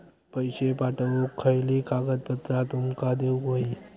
पैशे पाठवुक खयली कागदपत्रा तुमका देऊक व्हयी?